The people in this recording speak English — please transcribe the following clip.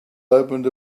opened